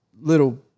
little